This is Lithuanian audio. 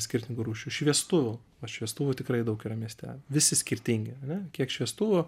skirtingų rūšių šviestuvų o šviestuvų tikrai daug yra mieste visi skirtingi ane kiek šviestuvų